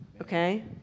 okay